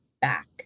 back